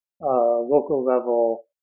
local-level